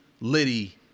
Liddy